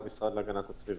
ב"זום"?